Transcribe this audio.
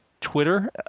Twitter